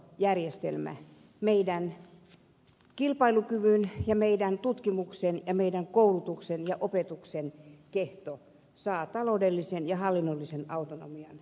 yliopistojärjestelmä meidän kilpailukykymme ja meidän tutkimuksemme ja meidän koulutuksemme ja opetuksemme kehto saa taloudellisen ja hallinnollisen autonomian